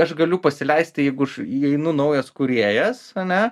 aš galiu pasileisti jeigu aš įeinu naujas kūrėjas ane